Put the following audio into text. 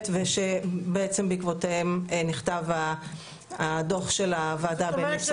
ושבעצם בעקבותיהם נכתב הדוח של הוועדה הבין-משרדית.